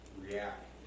react